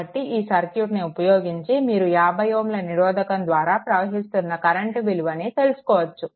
కాబట్టి ఈ సర్క్యూట్ని ఉపయోగించి మీరు ఈ 50 Ω నిరోధకం ద్వారా ప్రవహిస్తున్న కరెంట్ విలువను తెలుసుకోవచ్చు